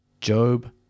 Job